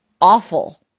awful